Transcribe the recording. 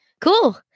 Cool